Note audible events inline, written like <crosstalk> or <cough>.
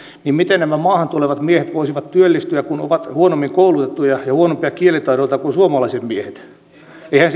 niin miten nämä maahan tulevat miehet voisivat työllistyä kun ovat huonommin koulutettuja ja huonompia kielitaidoltaan kuin suomalaiset miehet eihän <unintelligible>